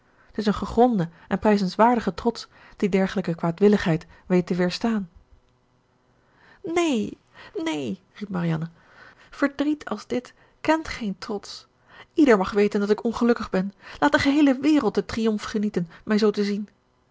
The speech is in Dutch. t is een gegronde en prijzenswaardige trots die dergelijke kwaadwilligheid weet te weerstaan neen neen riep marianne verdriet als het kent geen trots ieder mag weten dat ik ongelukkig ben laat de geheele wereld den triomf genieten mij zoo te zien